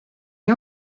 est